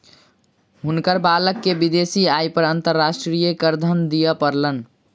हुनकर बालक के विदेशी आय पर अंतर्राष्ट्रीय करधन दिअ पड़लैन